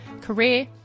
career